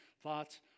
thoughts